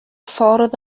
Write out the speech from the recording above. ffordd